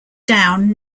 down